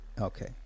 Okay